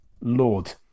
Lord